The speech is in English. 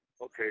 Okay